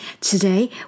Today